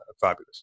fabulous